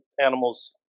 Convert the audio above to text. animals